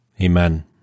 Amen